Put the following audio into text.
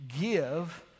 Give